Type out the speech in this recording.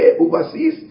overseas